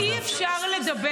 חבר הכנסת מלביצקי, תן לה לסיים.